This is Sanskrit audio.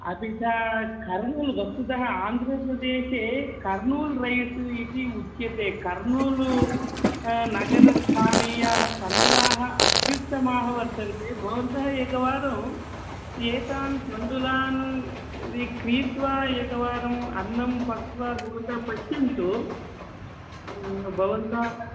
आदिशः कर्नूल् वस्तुतः आन्ध्रप्रदेशे कर्नूल् रैस् इति उच्यते कर्नूलु नगरस्थानीयाः तण्डुलाः अत्युत्तमाः वर्तन्ते भवन्तः एकवारम् एतान् तण्डुलान् विक्रीय एकवारम् अन्नं पक्त्वा भवन्तः पश्यन्तु भवन्तः